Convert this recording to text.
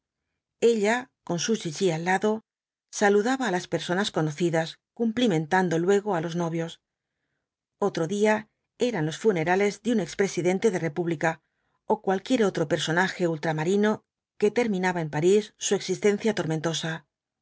ella con su chichi al lado saludaba á las personas conocidas cumplimentando luego á los novios otro día eran los funerales de un ex presidente de república ó cualquier otro personaje ultramarino que terminaba en parís su existencia tormentosa